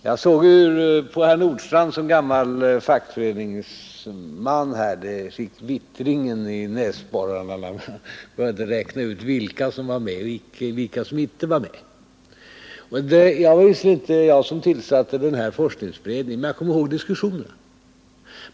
Jag nästan såg vittringen i näsborrarna på herr Nordstrandh när han som gammal fackföreningsman började räkna ut vilka som var med och inte. Det var visserligen inte jag som tillsatte forskningsberedningen, men jag kommer ihåg diskussionerna.